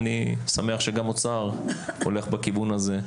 שמח שגם משרד האוצר הולך בכיוון הזה.